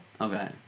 Okay